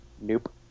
nope